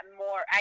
more